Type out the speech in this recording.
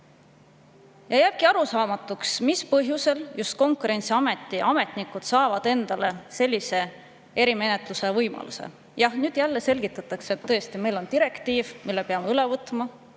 Jääb arusaamatuks, mis põhjusel just Konkurentsiameti ametnikud saavad endale sellise erimenetluse võimaluse. Jah, nüüd jälle selgitatakse, et meil on direktiiv, mille peame üle võtma.